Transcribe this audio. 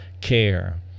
care